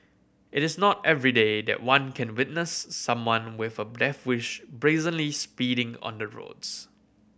it is not everyday that one can witness someone with a bless wish brazenly speeding on the roads